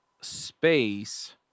space